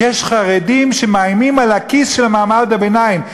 יש חרדים שמאיימים על הכיס של מעמד הביניים,